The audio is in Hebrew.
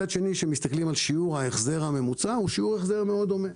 מצד שני, שיעור ההחזר הממוצע דומה מאוד.